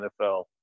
NFL